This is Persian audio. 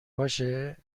باشه